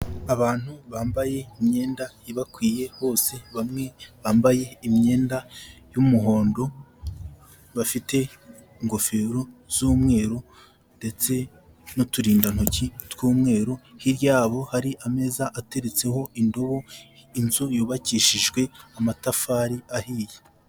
Abantu bambaye imyenda ibakwiye hose, bamwe bambaye imyenda y'umuhondo, bafite ingofero z'umweru ndetse n'uturindantoki tw'umweru, hirya yabo, hari ameza ateretseho indobo, inzu yubakishijwe amatafari ahiye.